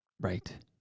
Right